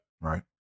Right